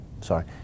sorry